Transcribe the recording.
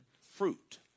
fruit